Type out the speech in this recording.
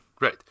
right